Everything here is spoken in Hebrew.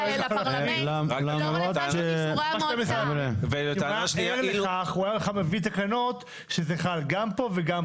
הוא היה מביא תקנות שזה חל גם פה וגם פה.